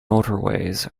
motorways